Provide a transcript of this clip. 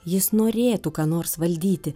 jis norėtų ką nors valdyti